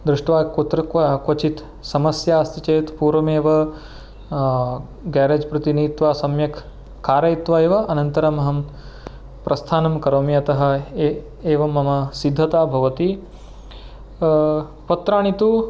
दृष्ट्वा कुत्र क्व क्वचित् समस्या अस्ति चेत् पूर्वमेव ग्यारेज् प्रति नीत्वा सम्यक् कारयित्वा एव अनन्तरम् अहं प्रस्थानं करोमि अतः ए एवं मम सिद्धता भवति पत्राणि तु